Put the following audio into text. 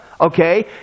okay